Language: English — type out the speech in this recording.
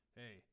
hey